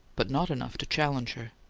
but not enough to challenge her.